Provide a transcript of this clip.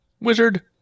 Wizard